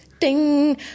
ding